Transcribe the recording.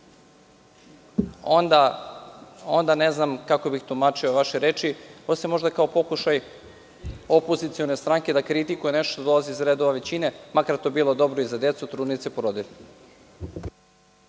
onda ne znam kako bih tumačio vaše reči, osim možda kao pokušaj opozicione stranke da kritikuje nešto što dolazi iz redova većine, makar to bilo dobro i za decu, trudnice i porodilje.